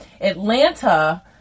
Atlanta